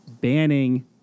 banning